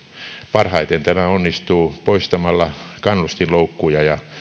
parhaiten tämä onnistuu poistamalla kannustinloukkuja ja